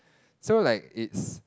so like it's